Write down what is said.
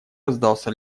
раздался